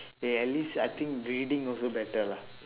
eh at least I think reading also better lah